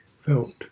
felt